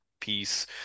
piece